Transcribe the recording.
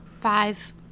Five